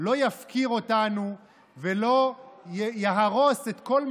זה לא שאני רוצה לגלגל אחריות על מישהו,